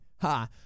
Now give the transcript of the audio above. ha